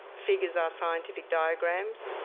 figures are scientific diagrams.